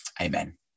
Amen